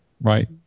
right